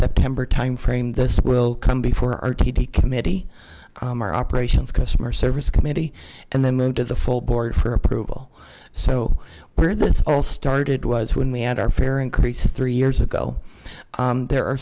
september timeframe this will come before our td committee our operations customer service committee and then moved to the full board for approval so where this all started was when we had our fare increase three years ago there are